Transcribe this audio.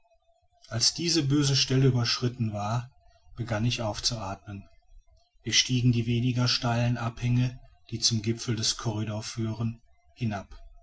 als diese böse stelle überschritten war begann ich aufzuathmen wir stiegen die weniger steilen abhänge die zum gipfel des corridor führen hinab